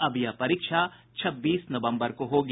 अब यह परीक्षा छब्बीस नवम्बर को होगी